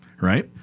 right